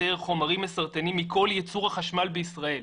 חומרים מסרטנים מכל ייצור החשמל בישראל,